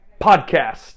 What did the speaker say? podcast